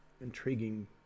intriguing